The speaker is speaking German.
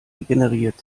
regeneriert